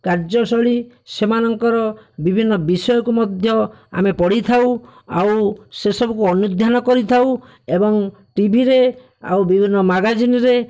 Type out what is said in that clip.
କାର୍ଯ୍ୟଶୈଳୀ ସେମାନଙ୍କର ବିଭିନ୍ନ ବିଷୟକୁ ମଧ୍ୟ ଆମେ ପଢ଼ିଥାଉ ଆଉ ସେସବୁକୁ ଅନୁଧ୍ୟାନ କରିଥାଉ ଏବଂ ଟିଭିରେ ଆଉ ବିଭିନ୍ନ ମାଗାଜିନରେ